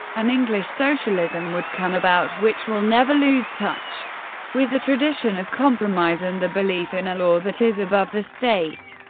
an english socialism would come about which will never lose touch with the tradition of compromise and the belief in a law that is above the state.